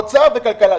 אוצר וכלכלה.